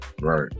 Right